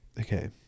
Okay